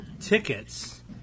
tickets